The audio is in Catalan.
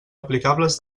aplicables